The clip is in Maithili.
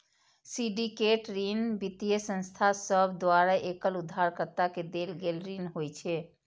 सिंडिकेट ऋण वित्तीय संस्थान सभ द्वारा एकल उधारकर्ता के देल गेल ऋण होइ छै